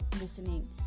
listening